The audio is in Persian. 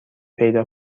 پیدا